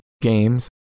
games